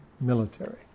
military